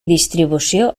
distribució